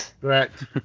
Correct